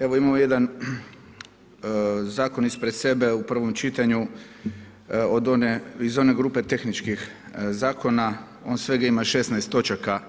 Evo imamo jedan zakon ispred sebe u prvom čitanju iz one grupe tehničkih zakona, on svega ima 16 točaka,